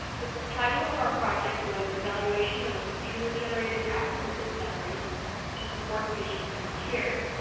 the title of our project was evaluation of computer-generated after-visit summaries to support patient-centered care.